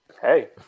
Hey